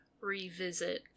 revisit